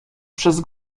przez